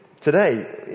today